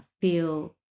feel